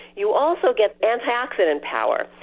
you also get antioxidant power.